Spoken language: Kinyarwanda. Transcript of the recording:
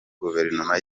guverinoma